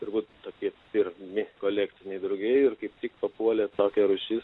turbūt toki pirmi kolekciniai drugiai ir kaip tik papuolė tokia rūšis